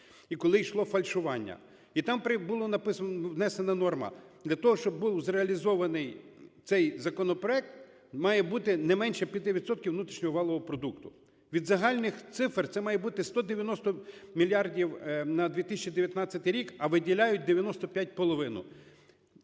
і коли йшло фальшування. І там було написано… внесена норма, для того щоб був зреалізований цей законопроект, має бути не менше 5 відсотків внутрішнього валового продукту. Від загальних цифр це має бути 190 мільярдів на 2019 рік, а виділяють 95